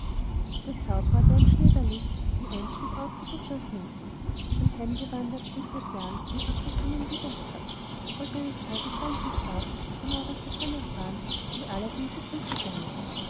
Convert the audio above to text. der zaubrer der mit schnöder list ihn einst sich ausgesucht als neffen dann heimgewandert und seit jahren in afrika nun wieder saß wollt eines tages rein zum spaß genaueres davon erfahren wie aladdin zugrund gegangen